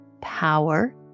power